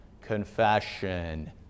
confession